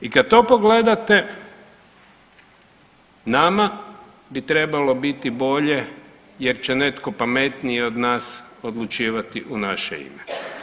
I kad to pogledate nama bi trebalo biti bolje jer će netko pametniji od nas odlučivati u naše ime.